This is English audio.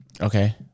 okay